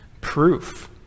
proof